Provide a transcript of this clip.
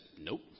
nope